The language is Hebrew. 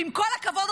ועם כל הכבוד,